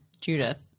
Judith